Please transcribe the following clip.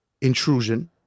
intrusion